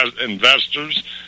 investors